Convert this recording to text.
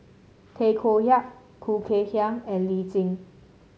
Tay Koh Yat Khoo Kay Hian and Lee Tjin